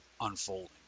unfolding